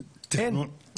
תכנון.